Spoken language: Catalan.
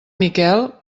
miquel